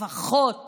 לפחות